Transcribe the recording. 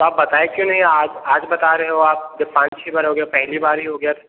तो आप बताए क्यों नहीं आज आज बता रहे हो आप जब पाँच छः बार हो गया पहली बार ही हो गया